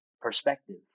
perspective